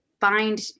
find